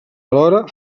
alhora